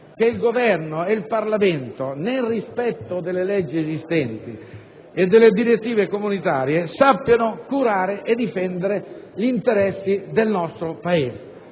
che Governo e Parlamento, nel rispetto delle leggi esistenti e delle direttive comunitarie, sappiano curare e difendere gli interessi del nostro Paese.